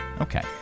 Okay